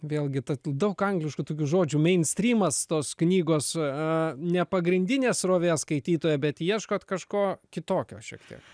vėlgi tad daug angliškų žodžių meinstrymas tos knygos a ne pagrindinė srovė skaitytoja bet ieškot kažko kitokio šiek tiek